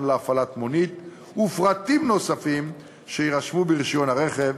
להפעלת מונית ופרטים נוספים שיירשמו ברישיון הרכב